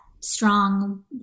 strong